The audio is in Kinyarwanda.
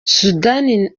sudani